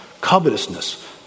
covetousness